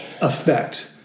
effect